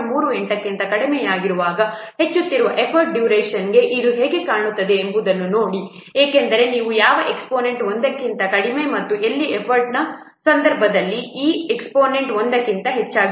38 ಕ್ಕಿಂತ ಕಡಿಮೆಯಿರುವಾಗ ಹೆಚ್ಚುತ್ತಿರುವ ಎಫರ್ಟ್ ಡ್ಯುರೇಷನ್ಗೆ ಇದು ಹೇಗೆ ಕಾಣುತ್ತದೆ ಎಂಬುದನ್ನು ನೋಡಿ ಏಕೆಂದರೆ ನೀವು ಯಾವ ಎಕ್ಸ್ಪೋನೆಂಟ್ 1 ಕ್ಕಿಂತ ಕಡಿಮೆ ಮತ್ತು ಇಲ್ಲಿ ಎಫರ್ಟ್ನ ಸಂದರ್ಭದಲ್ಲಿ ಈ ಎಕ್ಸ್ಪೋನೆಂಟ್ 1 ಕ್ಕಿಂತ ಹೆಚ್ಚಾಗಿರುತ್ತದೆ